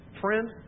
friend